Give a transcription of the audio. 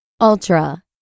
Ultra